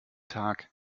tag